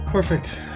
Perfect